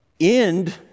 end